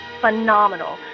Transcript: phenomenal